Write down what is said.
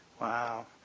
Wow